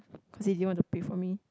cause they didn't want to pay for me